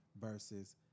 versus